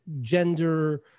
gender